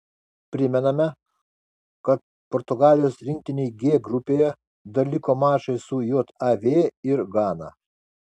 primename kad portugalijos rinktinei g grupėje dar liko mačai su jav ir gana